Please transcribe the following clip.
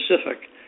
specific